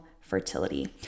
fertility